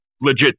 legit